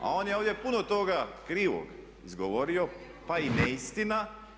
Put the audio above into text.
A on je ovdje puno toga krivog izgovorio, pa i neistina.